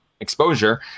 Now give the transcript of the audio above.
exposure